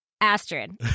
astrid